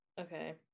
okay